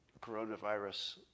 coronavirus